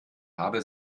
habe